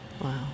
Wow